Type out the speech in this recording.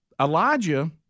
Elijah